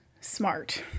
smart